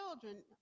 children